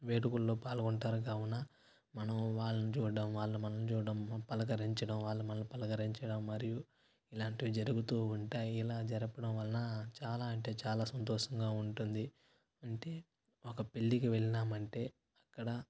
వేడుకల్లో పాల్గొంటారు కావున మనము వాళ్ళని చూడ్డం వాళ్ళు మనల్ని చూడ్డం పలకరించడం వాళ్ళు మనల్ని పలకరించడం మరియు ఇలాంటివి జరుగుతూ ఉంటాయి ఇలా జరపడం వలన చాలా అంటే చాలా సంతోషంగా ఉంటుంది అంటే ఒక పెళ్లికి వెళ్ళినామంటే అక్కడ